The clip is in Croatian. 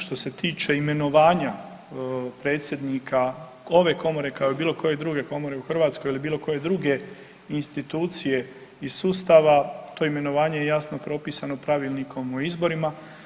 Što se tiče imenovanja predsjednika ove komore, kao i bilo koje druge komore u Hrvatskoj ili bilo koje druge institucije iz sustava to imenovanje je jasno propisano Pravilnikom o izborima.